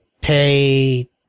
pay